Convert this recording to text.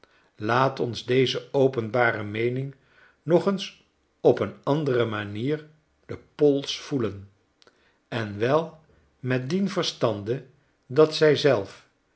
laat ons deze openbare meening nog eens op eene andere manier den pols voelen en wel met dien verstande dat zij zelf